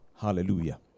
Hallelujah